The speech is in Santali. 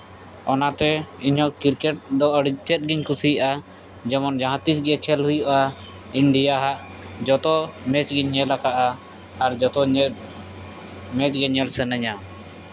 ᱚᱱᱟᱛᱮ ᱤᱧᱦᱚᱸ ᱠᱨᱤᱠᱮᱴ ᱫᱚ ᱟᱹᱰᱤᱛᱮᱫ ᱜᱤᱧ ᱠᱩᱥᱤᱭᱟᱜᱼᱟ ᱡᱮᱢᱚᱱ ᱡᱟᱦᱟᱸ ᱛᱤᱥ ᱜᱮ ᱠᱷᱮᱞ ᱦᱩᱭᱩᱜᱼᱟ ᱤᱱᱰᱤᱭᱟ ᱦᱟᱸᱜ ᱡᱚᱛᱚ ᱢᱮᱪᱜᱤᱧ ᱧᱮᱞ ᱠᱟᱜᱼᱟ ᱟᱨ ᱡᱚᱛᱚ ᱢᱮᱪ ᱜᱮ ᱧᱮᱞ ᱥᱟᱱᱟᱧᱟ